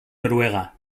noruega